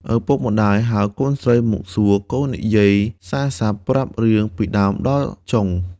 ឪពុកម្ដាយហៅកូនស្រីមកសួរកូននិយាយសារស័ព្ទប្រាប់រឿងពីដើមចប់ដល់ចុង។